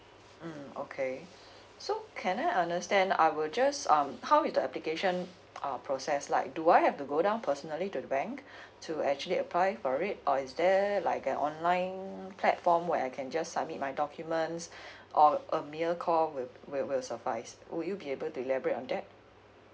mm okay so can I understand I were just um how with the application uh process like do I have to go down personally to the bank to actually apply for it or is there like an online platform where I can just submit my documents or a mail call will will will suffice would you be able to elaborate on that